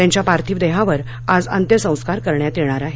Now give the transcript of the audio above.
त्यांच्या पार्थिव देहावर आज अंत्यसंस्कार करण्यात येणार आहेत